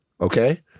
Okay